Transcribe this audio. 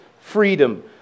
freedom